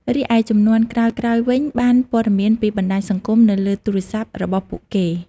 រីឯជំនាន់ក្រោយៗវិញបានព័ត៌មានពីបណ្ដាញសង្គមនៅលើទូរស័ព្ទរបស់ពួកគេ។